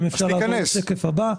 אם אפשר לעבור לשקף הבא.